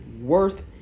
worth